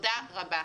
תודה רבה.